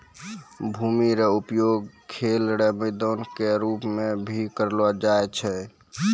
भूमि रो उपयोग खेल रो मैदान के रूप मे भी करलो जाय छै